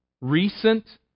recent